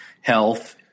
health